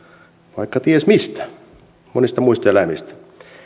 vaikka ties mistä monista muista eläimistä